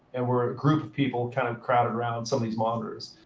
and we're a group of people kind of crowded around some of these monitors.